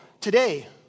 today